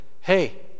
hey